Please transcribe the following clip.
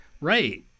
right